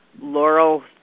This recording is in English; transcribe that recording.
Laurel